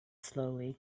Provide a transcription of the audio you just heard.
slowly